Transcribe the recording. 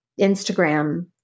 Instagram